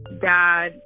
dad